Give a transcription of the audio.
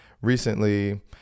recently